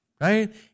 right